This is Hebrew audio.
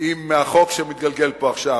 עם החוק שמתגלגל כאן עכשיו.